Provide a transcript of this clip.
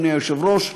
אדוני היושב-ראש,